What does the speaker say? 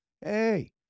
Hey